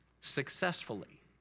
successfully